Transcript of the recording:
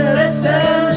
listen